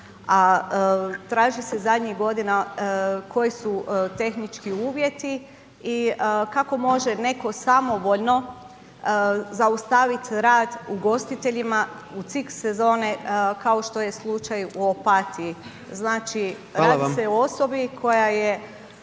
traži se zadnjih godina koji su tehnički uvjeti i kako može neko samovoljno zaustaviti rad ugostiteljima u cik sezone kao što je slučaju u Opatiji? … /Upadica